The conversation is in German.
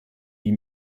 ihm